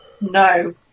No